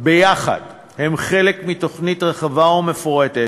ביחד הם חלק מתוכנית רחבה ומפורטת